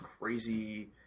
crazy